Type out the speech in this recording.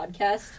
podcast